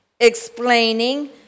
explaining